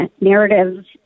narratives